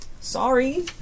sorry